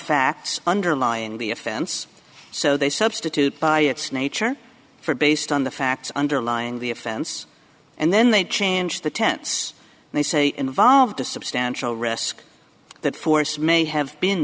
facts underlying the offense so they substitute by its nature for based on the facts underlying the offense and then they change the tense they say involved a substantial risk that force may have been